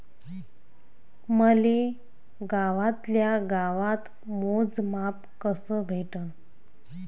मले गावातल्या गावात मोजमाप कस भेटन?